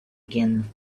again